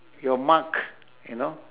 your mark you know